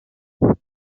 der